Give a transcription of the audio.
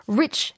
rich